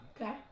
Okay